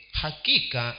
hakika